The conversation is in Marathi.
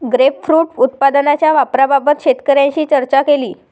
ग्रेपफ्रुट उत्पादनाच्या वापराबाबत शेतकऱ्यांशी चर्चा केली